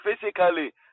physically